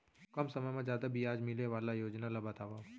कम समय मा जादा ब्याज मिले वाले योजना ला बतावव